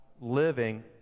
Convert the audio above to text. living